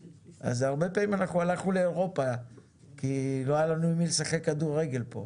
הרבה פעמים הלכנו לאירופה כי לא היה לנו עם מי לשחק כדורגל כאן.